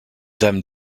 dame